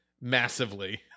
massively